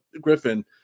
Griffin